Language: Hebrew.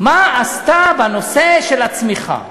מה עשתה בנושא של הצמיחה.